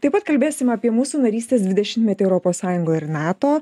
taip pat kalbėsim apie mūsų narystės dvidešimtmetį europos sąjungoje ir nato